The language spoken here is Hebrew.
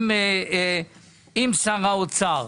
עם שר האוצר.